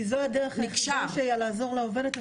כי זו הדרך לעזור לגברת הזאת.